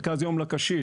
מרכז יום לקשיש,